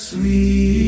Sweet